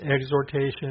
exhortation